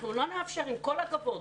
עם כל הכבוד,